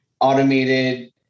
automated